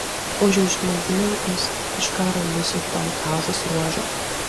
užjaučiu maldininkus iš karo nusiaubto gazos ruožo